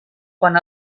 quan